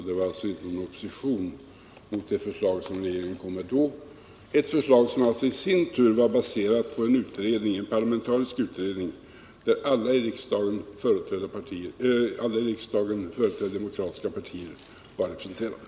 Det var alltså inte någon opposition mot det förslag som regeringen kom med då, ett förslag som i sin tur var baserat på en parlamentarisk utredning där alla i riksdagen förträdda demokratiska partier var representerade.